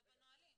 זה בנהלים -- רגע,